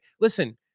Listen